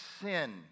sin